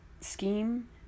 scheme